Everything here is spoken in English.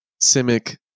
Simic